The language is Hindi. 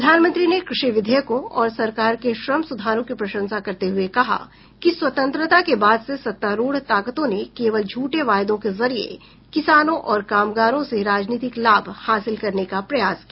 प्रधानमंत्री ने कृषि विधेयकों और सरकार के श्रम सुधारों की प्रशंसा करते हुए कहा कि स्वतंत्रता के बाद से सत्तारूढ ताकतों ने केवल झूठे वायदों के जरिए किसानों और कामगारों से राजनीतिक लाभ हासिल करने का प्रयास किया